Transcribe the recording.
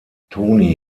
toni